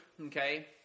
okay